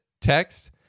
text